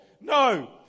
No